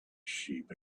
sheep